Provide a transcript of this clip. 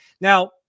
Now